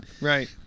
Right